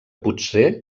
potser